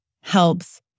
helps